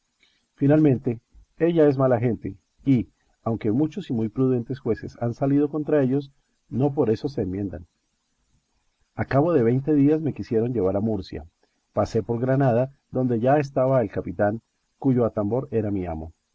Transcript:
finalmente ella es mala gente y aunque muchos y muy prudentes jueces han salido contra ellos no por eso se enmiendan a cabo de veinte días me quisieron llevar a murcia pasé por granada donde ya estaba el capitán cuyo atambor era mi amo